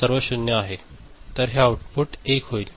तर हे आउटपुट 1 होईल